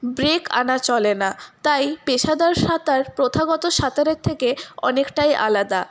break আনা চলে না তাই পেশাদার সাঁতার প্রথাগত সাঁতারের থেকে অনেকটাই আলাদা